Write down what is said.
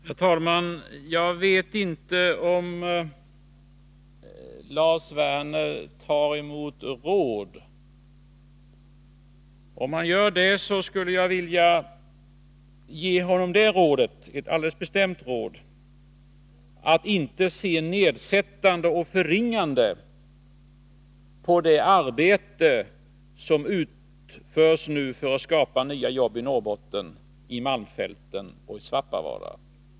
Herr talman! Jag vet inte om Lars Werner tar emot råd. Om han gör det, skulle jag vilja ge honom det alldeles bestämda rådet att inte se nedsättande och förringande på det arbete som nu utförs för att skapa nya jobb i Norrbotten, i malmfälten och i Svappavaara.